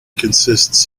consists